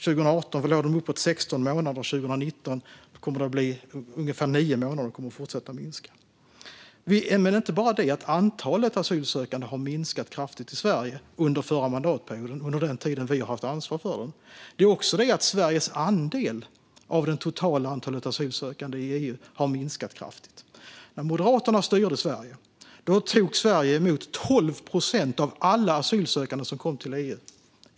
År 2018 låg de på 16 månader. För 2019 kommer det att bli ungefär 9 månader, och det kommer att fortsätta att minska. Det är inte bara så att antalet asylsökande minskade kraftigt i Sverige under den förra mandatperioden och under den tid då vi har haft ansvar för den, utan Sveriges andel av det totala antalet asylsökande i EU har dessutom minskat kraftigt. När Moderaterna styrde Sverige tog vi emot 12 procent av alla asylsökande som kom till EU.